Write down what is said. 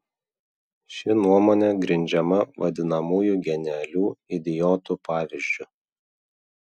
ši nuomonė grindžiama vadinamųjų genialių idiotų pavyzdžiu